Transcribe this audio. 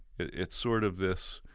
it's sort of this